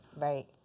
Right